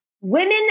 women